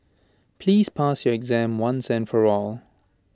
please pass your exam once and for all